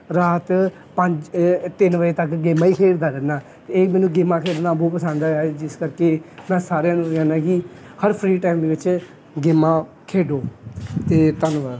ਰਾਤ ਪੰਜ ਤਿੰਨ ਵਜੇ ਤੱਕ ਗੇਮਾਂ ਹੀ ਖੇਡਦਾ ਰਹਿੰਦਾ ਇਹ ਮੈਨੂੰ ਗੇਮਾਂ ਖੇਡਣਾ ਬਹੁਤ ਪਸੰਦ ਹੈਗਾ ਹੈ ਜਿਸ ਕਰਕੇ ਮੈਂ ਸਾਰਿਆਂ ਨੂੰ ਇਹ ਕਹਿੰਦਾ ਕਿ ਹਰ ਫਰੀ ਟਾਈਮ ਦੇ ਵਿੱਚ ਗੇਮਾਂ ਖੇਡੋ ਅਤੇ ਧੰਨਵਾਦ